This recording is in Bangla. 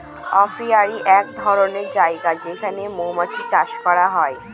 অপিয়ারী এক ধরনের জায়গা যেখানে মৌমাছি চাষ করা হয়